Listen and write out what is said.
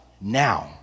now